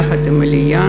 יחד עם העלייה,